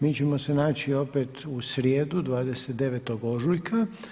Mi ćemo se naći opet u srijedu 29. ožujka.